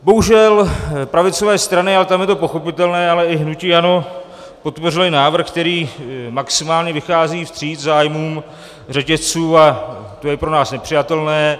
Bohužel pravicové strany, ale tam je to pochopitelné, ale i hnutí ANO podpořily návrh, který maximálně vychází vstříc zájmům řetězců a to je pro nás nepřijatelné.